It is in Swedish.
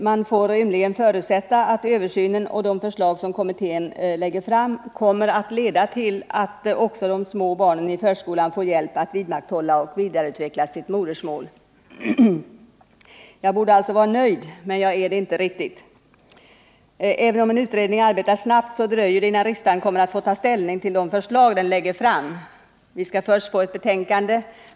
Man får rimligen förutsätta att översynen och de förslag som kommittén lägger fram kommer att leda till att också de små barnen i förskolan får hjälp att vidmakthålla och vidareutveckla sitt modersmål. Jag borde alltså vara nöjd, men jag är det inte riktigt. Även om en utredning arbetar snabbt, så dröjer det innan riksdagen får ta ställning till de förslag som den lägger fram. Vi skall först få ett betänkande.